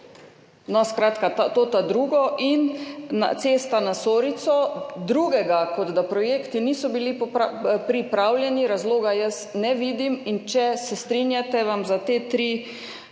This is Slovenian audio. No, skratka, to drugo in cesta na Sorico. Drugega kot to, da projekti niso bili pripravljeni, jaz razloga ne vidim. In če se strinjate, vam za te tri